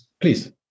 please